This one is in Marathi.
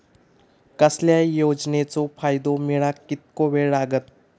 कसल्याय योजनेचो फायदो मेळाक कितको वेळ लागत?